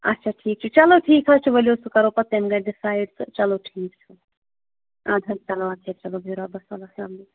اچھا ٹھیٖک چھُ چلو ٹھیٖک حظ چھُ ؤلِو سُہ کَرو پَتہٕ تَمہِ دۄہ ڈِسایڈ تہٕ چلو ٹھیٖک چھُ اَدٕ حظ چلو اچھا چلو بِہِو رۄبَس حوالہٕ اسلامُ علیکُم